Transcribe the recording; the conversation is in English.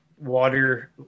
water